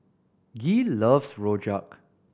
Gee loves rojak